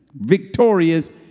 victorious